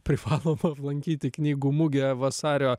privalomą lankyti knygų mugę vasario